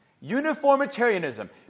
Uniformitarianism